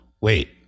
Wait